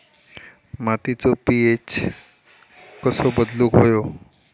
मातीचो पी.एच कसो बदलुक होयो?